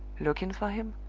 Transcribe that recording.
looking for him,